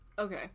Okay